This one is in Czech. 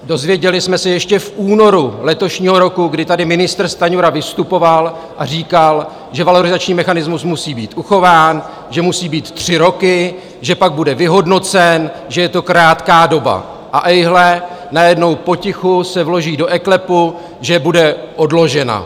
Dozvěděli jsme se ještě v únoru letošního roku, kdy tady ministr Stanjura vystupoval a říkal, že valorizační mechanismus musí být uchován, že musí být tři roky, že pak bude vyhodnocen, že je to krátká doba, a ejhle, najednou se potichu vloží do eKLEPu, že bude odložena.